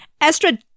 estra